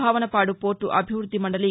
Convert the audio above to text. భావనపాడు పోర్లు అభివృద్ది మండలి